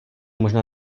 možná